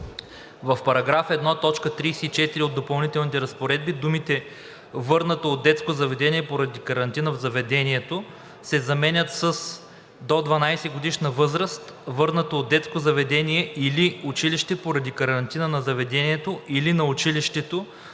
В § 1, т. 34 от допълнителните разпоредби думите „върнато от детско заведение поради карантина в заведението“ се заменят с „до 12-годишна възраст, върнато от детско заведение или училище, поради карантина на заведението или на училището,